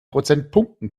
prozentpunkten